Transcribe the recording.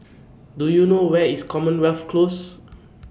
Do YOU know Where IS Commonwealth Close